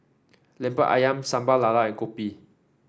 lemper ayam Sambal Lala and kopi